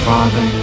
Father